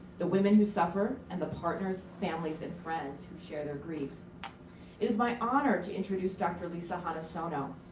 the women who suffer, and the partners, families, and friends who share their grief. it is my honor to introduce dr. lisa hanasono.